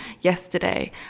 yesterday